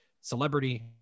celebrity